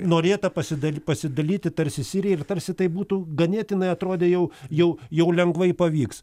norėta pasidal pasidalyti tarsi siriją ir tarsi tai būtų ganėtinai atrodė jau jau jau lengvai pavyks